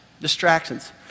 Distractions